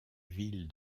ville